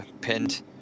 pinned